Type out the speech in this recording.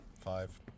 five